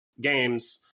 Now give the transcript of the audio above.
games